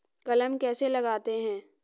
कलम कैसे लगाते हैं?